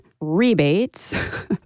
rebates